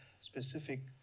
specific